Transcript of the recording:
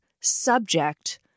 subject